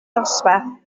dosbarth